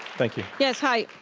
thank you. yes, hi.